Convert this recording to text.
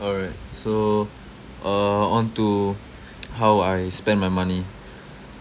alright so uh onto how I spend my money